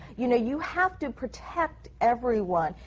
you know, you have to protect everyone.